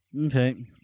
Okay